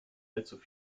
allzu